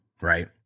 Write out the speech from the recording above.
right